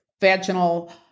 vaginal